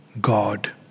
God